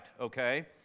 Okay